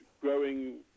growing